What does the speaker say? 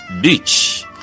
beach